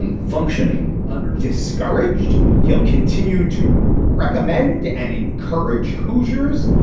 and functioning under discouraged he'll continue to recommend and encourage hoosiers.